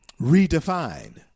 redefine